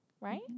Right